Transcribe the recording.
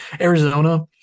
Arizona